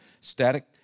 static